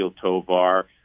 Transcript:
Tovar